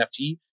NFT